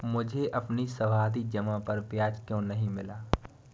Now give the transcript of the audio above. मुझे अपनी सावधि जमा पर ब्याज क्यो नहीं मिला?